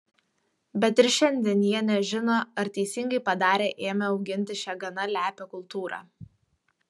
bet ir šiandien jie nežino ar teisingai padarė ėmę auginti šią gana lepią kultūrą